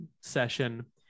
session